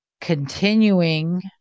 continuing